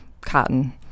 cotton